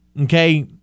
Okay